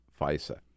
FISA